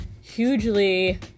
hugely